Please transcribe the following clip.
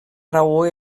raó